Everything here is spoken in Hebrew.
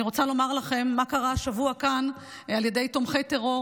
אני רוצה לומר לכם מה קרה השבוע כאן על ידי תומכי טרור